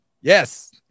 yes